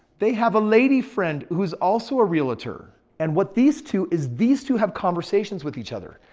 they have a lady friend who's also a realtor. and what these two is these two have conversations with each other.